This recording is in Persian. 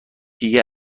دیگه